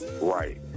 right